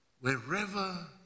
wherever